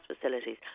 facilities